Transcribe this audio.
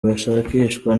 bashakishwa